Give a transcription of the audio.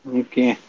okay